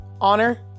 Honor